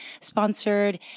sponsored